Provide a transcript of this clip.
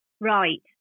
right